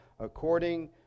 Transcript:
according